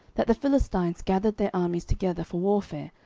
that the philistines gathered their armies together for warfare,